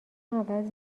عوض